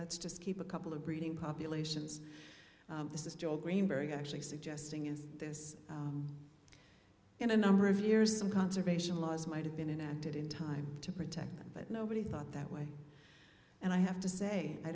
let's just keep a couple of breeding populations this is joel greenberg actually suggesting in this in a number of years some conservation laws might have been enacted in time to protect them but nobody thought that way and i have to say i